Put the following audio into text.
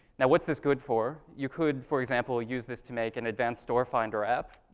now what's this good for? you could, for example, use this to make an advance store finder app,